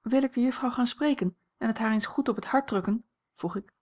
wil ik de juffrouw gaan spreken en het haar eens goed op het hart drukken vroeg ik